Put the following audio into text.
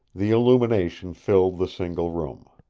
the illumination filled the single room.